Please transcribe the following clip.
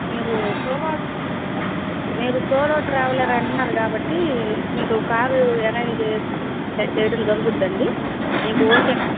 మీరు సోలో మీరు solo traveller అంటున్నారు కాబట్టి మీకు కారు అరేంజ్ చేయడం జరుగుద్దండి మీకు ఓకేనా